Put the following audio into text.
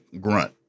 grunt